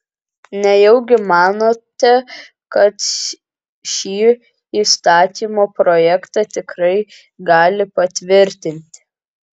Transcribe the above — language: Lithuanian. nejaugi manote kac šį įstatymo projektą tikrai gali patvirtinti